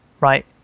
right